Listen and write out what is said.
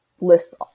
lists